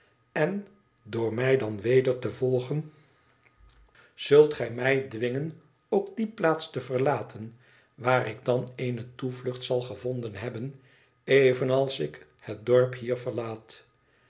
en door mij dan weder te volgen zult gij mij dwingen ook die plaats te verlaten waar ik dan eene toevlucht zal gevonden hebben evenals ik het dorp hier verlaat